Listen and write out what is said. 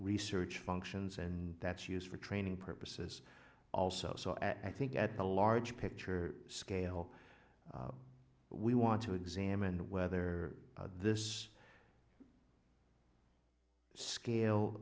research functions and that's used for training purposes also so i think at the larger picture scale we want to examine whether this scale